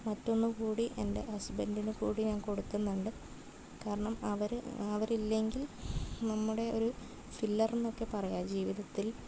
മറ്റൊന്നുകൂടി എൻ്റെ ഹസ്ബൻ്റിനുകൂടി ഞാൻ കൊടുക്കുന്നുണ്ട് കാരണം അവർ അവരില്ലെങ്കിൽ നമ്മുടെ ഒരു ഫില്ലർ എന്നൊക്കെ പറയാം ജീവിതത്തിൽ